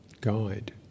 guide